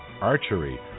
archery